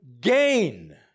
gain